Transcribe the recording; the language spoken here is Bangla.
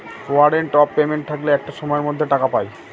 ওয়ারেন্ট অফ পেমেন্ট থাকলে একটা সময়ের মধ্যে টাকা পায়